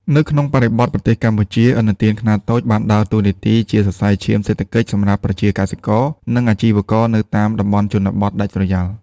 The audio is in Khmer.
នៅក្នុងបរិបទប្រទេសកម្ពុជា ឥណទានខ្នាតតូចបានដើរតួនាទីជាសរសៃឈាមសេដ្ឋកិច្ចសម្រាប់ប្រជាកសិករ និងអាជីវករនៅតាមតំបន់ជនបទដាច់ស្រយាល។